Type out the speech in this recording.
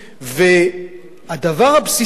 והדבר הבסיסי,